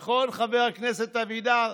נכון, חבר הכנסת אבידר?